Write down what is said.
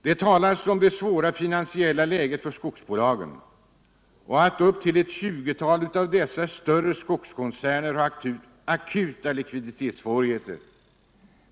Det talas om skogsbolagens svåra finansiella läge och det sägs att uppemot ett tjugotal av de stora skogskoncernerna har akuta likviditetssvårigheter.